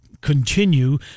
continue